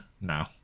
No